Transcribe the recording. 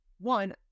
One